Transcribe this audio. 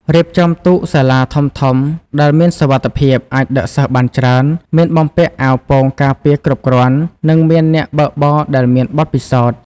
រៀបចំទូកសាលាធំៗដែលមានសុវត្ថិភាព អាចដឹកសិស្សបានច្រើន មានបំពាក់អាវពោងការពារគ្រប់គ្រាន់ និងមានអ្នកបើកបរដែលមានបទពិសោធន៍។